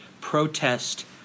protest